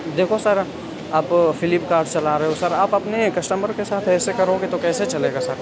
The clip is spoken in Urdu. دیکھو سر آپ فلپکارٹ چلا رہے ہو سر آپ اپنے کسٹمر کے ساتھ ایسے کرو گے تو کیسے چلے گا سر